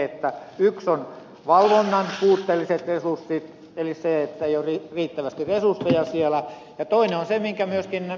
niistä yksi on valvonnan puutteelliset resurssit eli ei ole riittävästi resursseja siellä ja toinen on se minkä myöskin ed